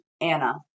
Anna